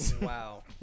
Wow